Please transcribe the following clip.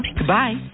Goodbye